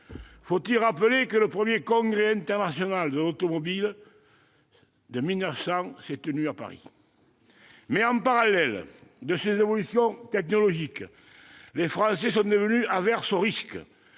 Faut-il rappeler que le premier congrès international de l'automobile de 1900 s'est tenu à Paris ? En parallèle de ces évolutions technologiques, les Français sont devenus « averses au risque